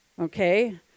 Okay